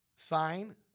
Sign